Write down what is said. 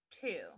two